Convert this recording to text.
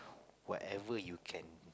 whatever you can